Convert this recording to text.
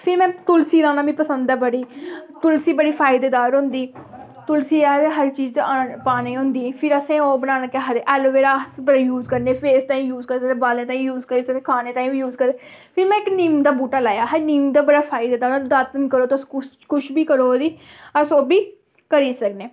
फ्ही में तुलसी लाना मिगी पसंद ऐ बड़ी तुलसी बड़ी फायदेदार होंदी तुलसी हर चीज च पानी होंदी फिर असें ओह् बनानी केह् आखदे एलोवेरा बड़ा यूस करने उसी फेस ताहीं यूस करने बालें ताहीं यूस करी सकने खाने ताहीं बी यूस करी सकने फ्ही में इक नि'म्म दा बूह्टा लाया हा नि'म्म दा बड़ा फायदेदार दातन करो कुछ बी करो ओह्दी अस ओह् बी करी सकने